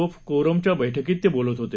ओ कोरमच्या बैठकीत ते बोलत होते